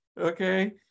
okay